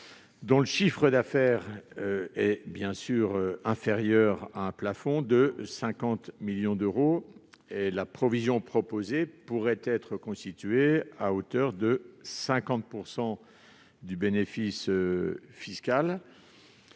dont le chiffre d'affaires est inférieur à 50 millions d'euros. La provision proposée pourrait être constituée à hauteur de 50 % du bénéfice fiscal.